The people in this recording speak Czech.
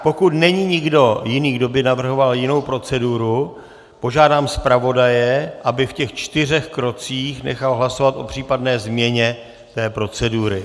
Pokud není nikdo jiný, kdo by navrhoval jinou proceduru, požádám zpravodaje, aby v těch čtyřech krocích nechal hlasovat o případné změně procedury.